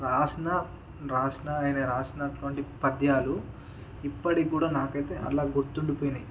వ్రాసిన వ్రాసిన ఆయన వ్రాసినటువంటి పద్యాలు ఇప్పటికి కూడా నాకైతే అలా గుర్తిండిపోయినాయి